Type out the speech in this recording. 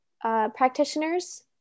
practitioners